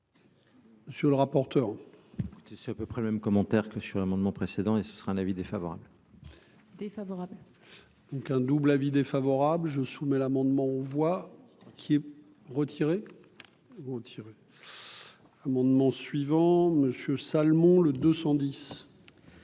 Sur le rapporteur, c'est à peu près le même commentaire que sur l'amendement précédent et ce sera un avis défavorable. Défavorable. Donc un double avis défavorable je soumets l'amendement, on voit qu'il est retiré. Bon tirer. Amendements suivants Monsieur Salmon, le 210.